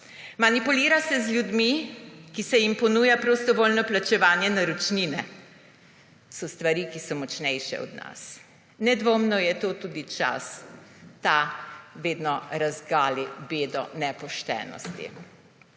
Manipulira se z ljudmi, ki se jim ponuja prostovoljno plačevanje naročnine. So stvari, ki so močnejše od nas. Nedvomno je to tudi čas, ki vedno razgali bedo nepoštenosti.